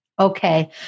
okay